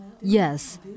Yes